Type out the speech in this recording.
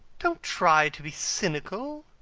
don't try to be cynical.